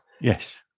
Yes